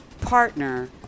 partner